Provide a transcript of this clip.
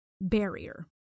barrier